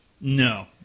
No